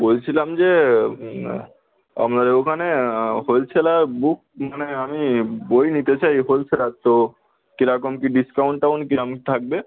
বলছিলাম যে আনার ওখানে হোল সেলার বুক মানে আমি বই নিতে চাই হোল সেলার তো কীরকম কি ডিসকাউন্ট টাউন্ট কীরম থাকবে